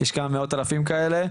יש כמה מאות אלפים כאלה.